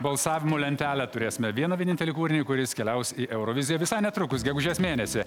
balsavimų lentelę turėsime vieną vienintelį kūrinį kuris keliaus į euroviziją visai netrukus gegužės mėnesį